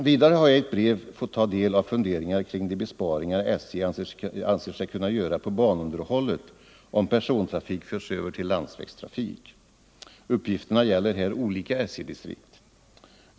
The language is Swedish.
Vidare har jag i ett brev fått ta del av funderingar om de besparingar SJ anser sig kunna göra på banunderhållet om persontrafik förs över till landsvägstrafik. Uppgifterna gäller här olika SJ-distrikt.